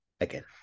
Again